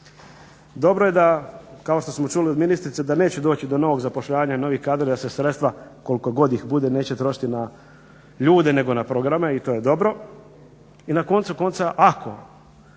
Dobro je da kao što smo čuli od ministrice da neće doći do novog zapošljavanja i novih kadrova da se sredstva koliko god ih bude neće trošiti na ljude, nego na programe i to je dobro. I na koncu konca, ako